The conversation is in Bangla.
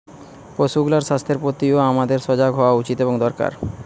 পশুগুলার স্বাস্থ্যের প্রতিও আমাদের সজাগ হওয়া উচিত এবং দরকার